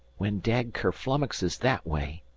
when dad kerflummoxes that way,